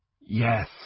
Yes